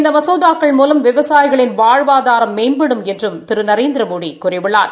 இந்த மசோதாக்கள் மூலம் விவசாயிகளின் வாழ்வாதாரம் மேம்படும் என்றும் திரு நரேந்திரமோடி கூறியுள்ளார்